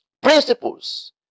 Principles